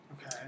Okay